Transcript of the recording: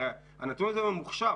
הרי הנתון הזה ממוחשב,